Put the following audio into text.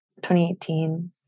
2018